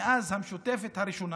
מאז המשותפת הראשונה,